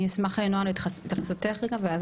אני אשמח נועה להתייחסותך רגע,